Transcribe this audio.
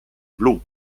blu